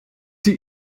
die